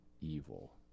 evil